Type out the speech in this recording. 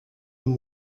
amb